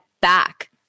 back